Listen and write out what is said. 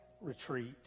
retreat